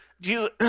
Jesus